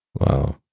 Wow